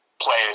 players